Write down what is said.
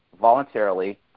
voluntarily